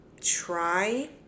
try